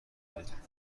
دارید